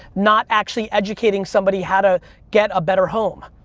not actually educating somebody how to get a better home.